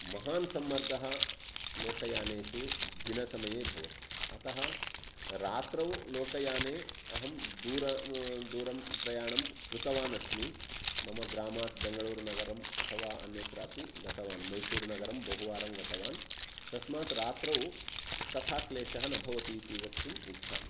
महान् सम्मर्दः लोकयानेषु दिनसमये भवति अतः रात्रौ लोकयाने अहं दूरं दुरं प्रयाणं कृतवानस्मि मम ग्रामात् बेङ्गळूरुनगरम् अथवा अन्यत्रापि गतवान् मैसूरुनगरं बहुवारं गतवान् तस्मात् रात्रौ तथा क्लेशः न भवति इति वक्तुम् इच्छामि